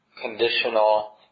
conditional